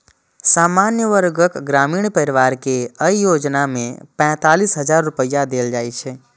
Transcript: सामान्य वर्गक ग्रामीण परिवार कें अय योजना मे पैंतालिस हजार रुपैया देल जाइ छै